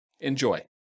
Enjoy